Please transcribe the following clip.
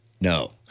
No